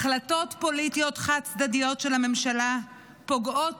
החלטות פוליטיות חד-צדדיות של הממשלה פוגעות